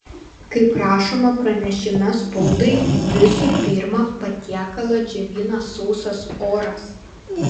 kaip rašoma pranešime spaudai visų pirma patiekalą džiovina sausas oras